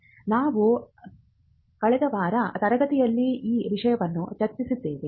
ನಾನು ಕಳೆದ ವಾರ ತರಗತಿಯಲ್ಲಿ ಈ ವಿಷಯವನ್ನು ಚರ್ಚಿಸಿದ್ದೆವು